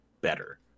better